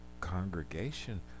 congregation